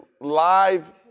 live